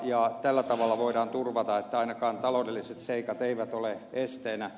tällä tavalla voidaan turvata että ainakaan taloudelliset seikat eivät ole esteenä